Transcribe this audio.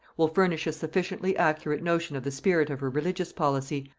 will furnish a sufficiently accurate notion of the spirit of her religious policy,